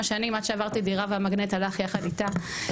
שנים עד שעברתי דירה והמגנט הלך יחד איתה,